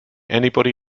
anybody